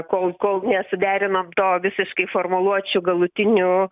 kol kol nesuderinom to visiškai formuluočių galutinių